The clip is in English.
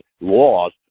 laws